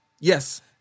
Yes